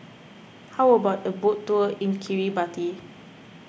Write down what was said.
how about a boat tour in Kiribati